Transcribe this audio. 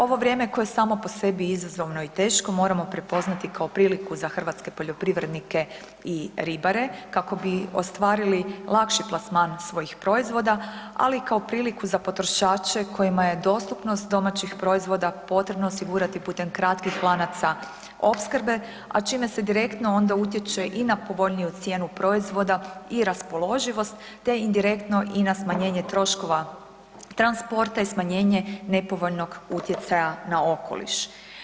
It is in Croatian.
Ovo vrijeme koje je samo po sebi izazovno i teško, moramo prepoznati kao priliku za hrvatske poljoprivrednike i ribare kako bi ostvarili lakši plasman svojih proizvoda ali i kako priliku za potrošače kojima je dostupnost domaćih proizvoda potrebno osigurati putem kratkih lanaca opskrbe a čime se direktno onda utječe i na povoljniju cijenu proizvoda i raspoloživost te indirektno i na smanjenje troškova transporta i smanjenje nepovoljnog utjecaja na okoliš.